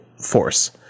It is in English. force